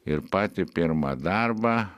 ir patį pirmą darbą